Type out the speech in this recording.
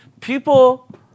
people